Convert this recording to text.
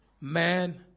man